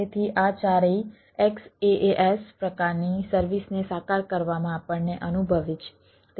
તેથી આ ચારેય XaaS પ્રકારની સર્વિસને સાકાર કરવામાં આપણને અનુભવે છે